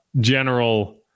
general